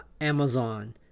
Amazon